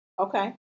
Okay